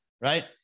right